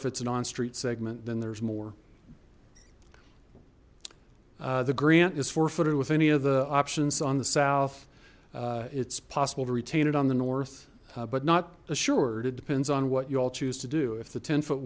if it's a non street segment then there's more the grant is four footed with any of the options on the south it's possible to retain it on the north but not assured it depends on what you all choose to do if the ten foot